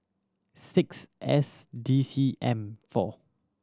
six S D C M four